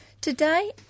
Today